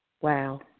Wow